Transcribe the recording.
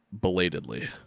belatedly